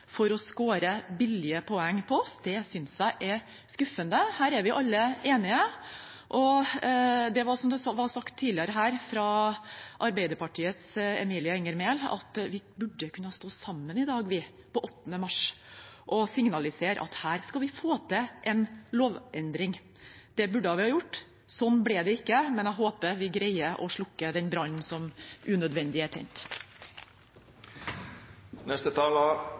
for å score billige poeng på oss, synes jeg er skuffende. Her er vi alle enige, og som det er blitt sagt tidligere her av Senterpartiets Emilie Enger Mehl, burde vi ha kunnet stå sammen i dag, på 8. mars, og signalisere at her skal vi få til en lovendring. Det burde vi ha gjort. Slik ble det ikke, men jeg håper vi greier å slukke den brannen som unødvendig er tent.